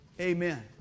amen